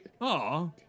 Aw